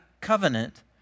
covenant